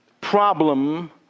problem